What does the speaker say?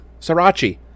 Sriracha